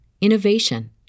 innovation